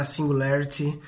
Singularity